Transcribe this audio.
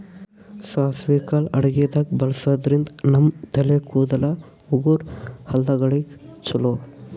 ಸಾಸ್ವಿ ಕಾಳ್ ಅಡಗಿದಾಗ್ ಬಳಸಾದ್ರಿನ್ದ ನಮ್ ತಲೆ ಕೂದಲ, ಉಗುರ್, ಹಲ್ಲಗಳಿಗ್ ಛಲೋ